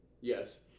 Yes